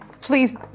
Please